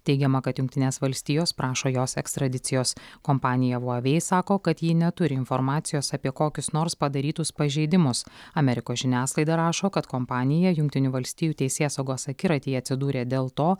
teigiama kad jungtinės valstijos prašo jos ekstradicijos kompanija huavei sako kad ji neturi informacijos apie kokius nors padarytus pažeidimus amerikos žiniasklaida rašo kad kompanija jungtinių valstijų teisėsaugos akiratyje atsidūrė dėl to